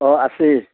অঁ আছে